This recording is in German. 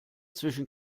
zwischen